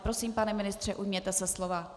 Prosím, pane ministře, ujměte se slova.